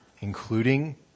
including